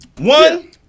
One